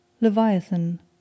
Leviathan